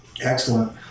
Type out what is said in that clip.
Excellent